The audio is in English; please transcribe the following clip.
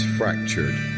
fractured